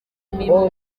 imirimo